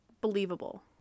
believable